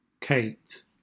Kate